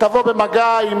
תבוא במגע עם